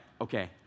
Okay